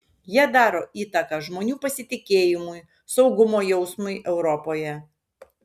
jie daro įtaką žmonių pasitikėjimui saugumo jausmui europoje